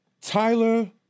Tyler